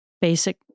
basic